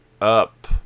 up